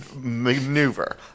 maneuver